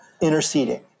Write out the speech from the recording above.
interceding